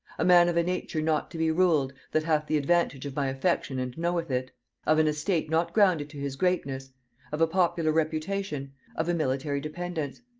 a man of a nature not to be ruled that hath the advantage of my affection and knoweth it of an estate not grounded to his greatness of a popular reputation of a military dependence.